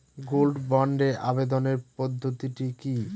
Gold বন্ডে আবেদনের পদ্ধতিটি কি?